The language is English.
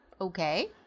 Okay